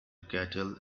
kettle